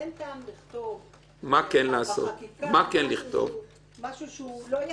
לכן אין טעם לכתוב בחקיקה משהו שהוא לא ישים.